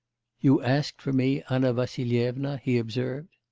you asked for me, anna vassilyevna he observed.